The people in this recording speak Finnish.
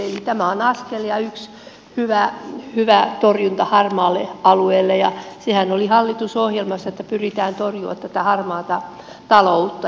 eli tämä on askel ja yksi hyvä torjunta harmaalle alueelle ja sehän oli hallitusohjelmassa että pyritään torjumaan tätä harmaata taloutta